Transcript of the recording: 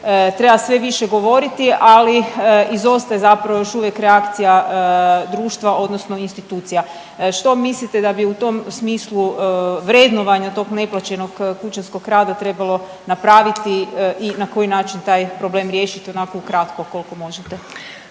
treba sve više govoriti, ali izostaje zapravo još uvijek reakcija društva odnosno institucija. Što mislite da bi u tom smislu vrednovanja tog neplaćenog kućanskog rada trebalo napraviti i na koji način taj problem riješiti, onako u kratko, koliko možete?